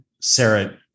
Sarah